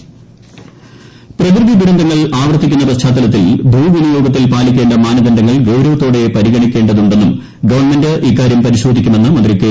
K Raju Kollam പ്രകൃതിദുരന്തങ്ങൾ ആവർത്തിക്കുന്ന പശ്ചാത്തലത്തിൽ ഭൂവിനിയോഗത്തിൽ പാലിക്കേണ്ട മാനദണ്ഡങ്ങൾ ഗൌരവത്തോടെ പരിഗണിക്കേണ്ടതുണ്ടെന്നും ഗവൺമെന്റ് ഇക്കാര്യം പരിശോധിക്കുമെന്ന് മന്ത്രി കെ